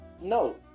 No